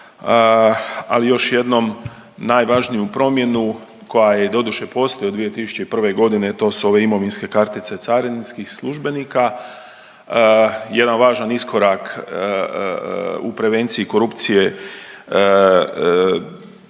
ali još jednom najvažniju promjenu koja i doduše postoji od 2001. godine to su ove imovinske kartice carinskih službenika. Jedan važan iskorak u prevenciji korupcije